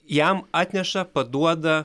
jam atneša paduoda